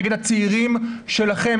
נגד הצעירים שלכם,